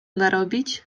narobić